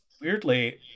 weirdly